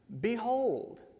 behold